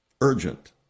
Urgent